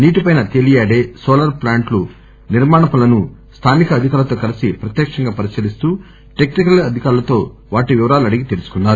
నీటిపై తేలియాడే solar plant నిర్మాణ పనులను స్థానిక అధికారులతో కలిసి ప్రత్యక్షంగా పరిశీలిస్తూ టెక్సి కల్ అధికారులతో వాటి వివరాలు అడిగి తెలుసుకున్నారు